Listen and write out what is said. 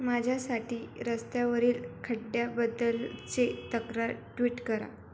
माझ्यासाठी रस्त्यावरील खड्ड्याबद्दलचे तक्रार ट्विट करा